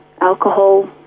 alcohol